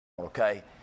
Okay